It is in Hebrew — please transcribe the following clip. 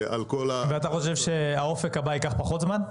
אתה חושב שהאופק הבא ייקח פחות זמן?